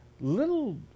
little